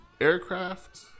aircraft